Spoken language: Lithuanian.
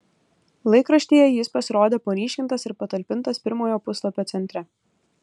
laikraštyje jis pasirodė paryškintas ir patalpintas pirmojo puslapio centre